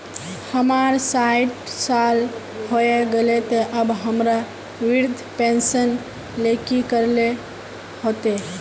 हमर सायट साल होय गले ते अब हमरा वृद्धा पेंशन ले की करे ले होते?